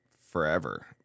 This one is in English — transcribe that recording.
forever